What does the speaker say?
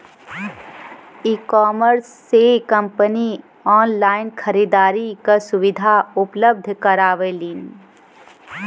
ecommerce से कंपनी online खरीदारी क सुविधा उपलब्ध करावलीन